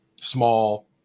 Small